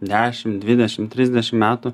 dešim dvidešim trisdešim metų